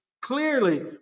clearly